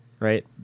right